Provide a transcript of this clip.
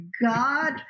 God